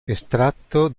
estratto